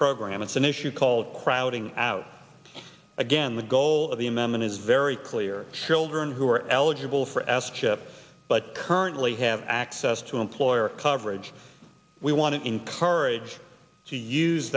program it's an issue called crowding out again the goal of the amendment is very clear children who are eligible for as chip but currently have access to employer coverage we want to encourage to use